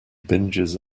binges